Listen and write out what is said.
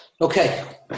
Okay